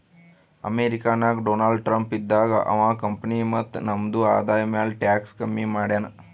America ನಾಗ್ Donald Trump ಇದ್ದಾಗ ಅವಾ ಕಂಪನಿ ಮತ್ತ ನಮ್ದು ಆದಾಯ ಮ್ಯಾಲ ಟ್ಯಾಕ್ಸ್ ಕಮ್ಮಿ ಮಾಡ್ಯಾನ್